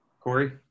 Corey